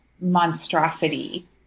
monstrosity